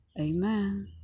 Amen